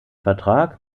vertrag